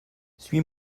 suis